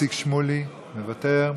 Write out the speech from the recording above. איציק שמולי, מוותר,